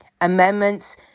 Amendments